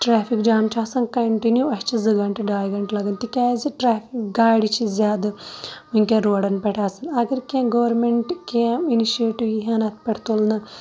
traffic جام چھُ آسان کَنٹِنیوٗ اَسہِ چھِ زِ گَنٹہٕ ڈاے گَنٹہٕ لَگان تِکیازٕ ٹریفِک گاڑِ چھِ زیادٕ وٕنکٮ۪ن روڈَن پیٹھ آسان اَگَر کینٛہہ گورمینٹ کینٛہہ اِنِشِیٹِو ییٖہَن اَتھ پیٚٹھ تُلنہٕ